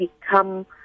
become